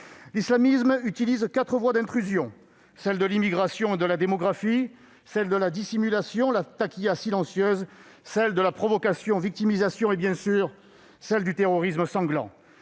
L'islamisme utilise quatre voies d'intrusion : celle de l'immigration et de la démographie ; celle de la dissimulation, ou silencieuse ; celle de la provocation et victimisation ; celle du terrorisme sanglant.